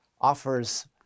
offers